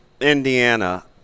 Indiana